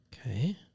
Okay